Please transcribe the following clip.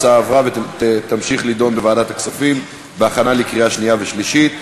ההצעה עברה ותמשיך להידון בוועדת הכספים בהכנה לקריאה שנייה ושלישית.